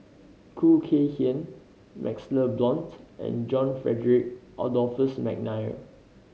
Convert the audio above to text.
Khoo Kay Hian MaxLe Blond and John Frederick Adolphus McNair